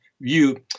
view